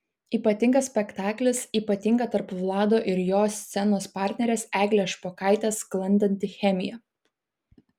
ypatingas spektaklis ypatinga tarp vlado ir jo scenos partnerės eglės špokaitės sklandanti chemija